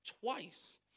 twice